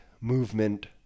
movement